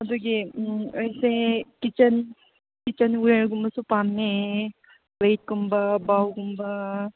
ꯑꯗꯨꯒꯤ ꯑꯩꯁꯦ kitchen kitchen ꯋꯦꯌꯔꯒꯨꯝꯕꯁꯨ ꯄꯥꯝꯃꯦ ꯔꯦꯛꯀꯨꯝꯕ ꯕꯥꯎꯜꯒꯨꯝꯕ